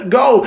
go